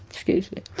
excuse me,